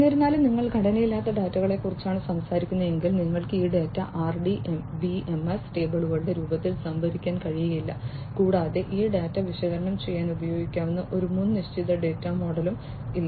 എന്നിരുന്നാലും നിങ്ങൾ ഘടനയില്ലാത്ത ഡാറ്റയെക്കുറിച്ചാണ് സംസാരിക്കുന്നതെങ്കിൽ നിങ്ങൾക്ക് ഈ ഡാറ്റ RDBMS ടേബിളുകളുടെ രൂപത്തിൽ സംഭരിക്കാൻ കഴിയില്ല കൂടാതെ ഈ ഡാറ്റ വിശകലനം ചെയ്യാൻ ഉപയോഗിക്കാവുന്ന ഒരു മുൻനിശ്ചയിച്ച ഡാറ്റാ മോഡലും ഇല്ല